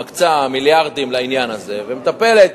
מיליארדים לעניין הזה והיתה מטפלת